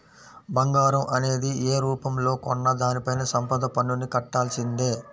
బంగారం అనేది యే రూపంలో కొన్నా దానిపైన సంపద పన్నుని కట్టాల్సిందే